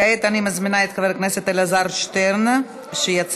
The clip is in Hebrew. כעת אני מזמינה את חבר הכנסת אלעזר שטרן שיציג